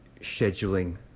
scheduling